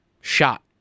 Shot